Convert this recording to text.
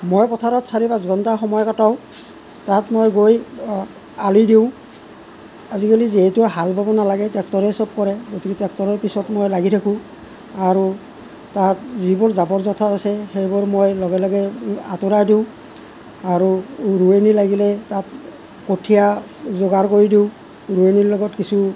মই পথাৰত চাৰি পাঁচ ঘণ্টা সময় কটাও তাত মই গৈ আলি দিওঁ আজিকালি যিহেতু হাল বাব নালাগে টেক্টৰে চব কৰে গতিকেদি টেক্টৰৰ পিছত মই লাগি থাকোঁ আৰু তাত যিবোৰ জাবৰ জোথৰ আছে সেইবোৰ মই লগে লগে আতৰাই দিওঁ আৰু ৰোৱনী লাগিলে তাত কঠীয়া যোগাৰ কৰি দিওঁ ৰোৱনীৰ লগত কিছু